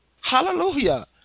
hallelujah